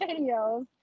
videos